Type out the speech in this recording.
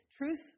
Truth